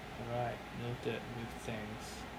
alright noted with thanks